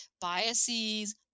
biases